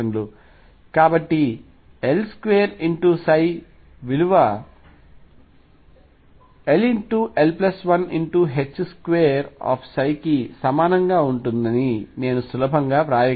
కాబట్టి L2 విలువ ll12 ψ కి సమానంగా ఉంటుందని నేను సులభంగా వ్రాయగలను